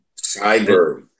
Cyber